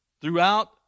throughout